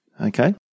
Okay